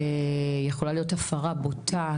יכולה להיות הפרה בוטה,